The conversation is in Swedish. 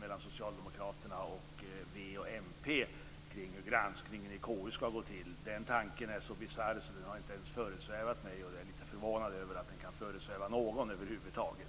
mellan Socialdemokraterna, Vänsterpartiet och Miljöpartiet om hur granskningen i konstitutionsutskottet ska gå till. Den tanken är så bisarr att den inte ens har föresvävat mig. Jag är lite förvånad över att den kan föresväva någon över huvud taget.